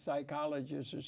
psychologist or